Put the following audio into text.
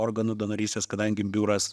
organų donorystės kadangi biuras